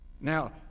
Now